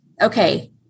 okay